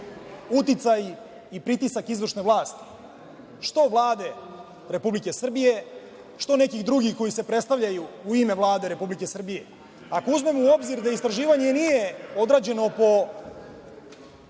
uticaj i pritisak izvršne vlasti, što Vlade Republike Srbije, što nekih drugih koji se predstavljaju u ime Vlade Republike Srbije. Ako uzmemo u obzir da istraživanje nije određeno po